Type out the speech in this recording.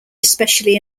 especially